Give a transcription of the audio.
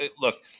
look